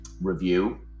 review